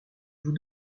vous